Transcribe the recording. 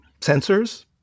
sensors